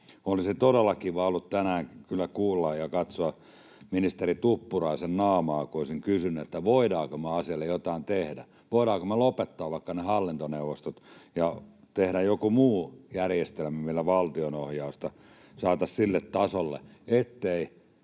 Olisi todella kiva ollut tänään kyllä kuulla ja katsoa ministeri Tuppuraisen naamaa, kun olisin kysynyt, voidaanko me asialle jotakin tehdä, voidaanko me lopettaa vaikka ne hallintoneuvostot ja tehdä joku muu järjestelmä, millä valtion ohjausta saataisiin sille tasolle, ettei